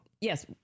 Yes